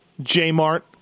J-Mart